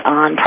on